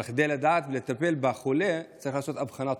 אבל כדי לדעת ולטפל בחולה, צריך לעשות אבחנה טובה.